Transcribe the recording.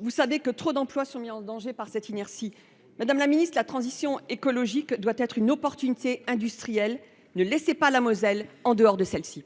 nous savons que trop d’emplois sont mis en danger par cette inertie. Madame la ministre, la transition écologique doit être une opportunité industrielle : ne laissez pas la Moselle à l’écart de celle ci